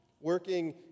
working